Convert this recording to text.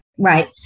Right